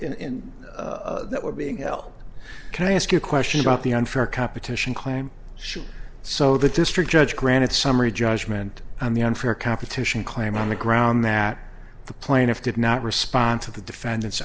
in that were being l can i ask you a question about the unfair competition claim should so the district judge granted summary judgment on the unfair competition claim on the ground that the plaintiff did not respond to the defendant's